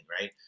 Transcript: right